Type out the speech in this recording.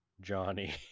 johnny